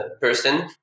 person